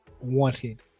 wanted